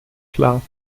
klar